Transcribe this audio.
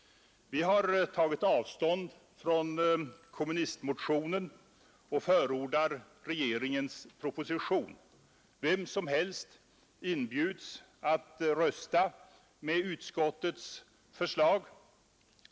Vi har tagit avstånd från kommunistmotionen och förordar regeringens proposition. Vem som helst inbjudes att rösta med utskottets förslag.